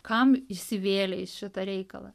kam įsivėlė į šitą reikalą